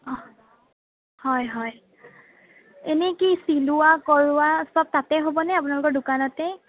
অ হয় হয় এনেই কি চিলোৱা কৰোৱা সব তাতে হ'বনে আপোনালোকৰ দোকানতে